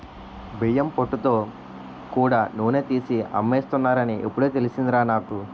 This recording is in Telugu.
బియ్యం పొట్టుతో కూడా నూనె తీసి అమ్మేస్తున్నారని ఇప్పుడే తెలిసిందిరా నాకు